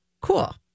cool